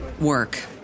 work